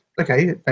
Okay